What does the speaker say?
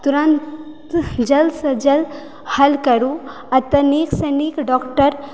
तुरन्त जल्द से जल्द हल करु एतऽ नीकसँ नीक डॉक्टर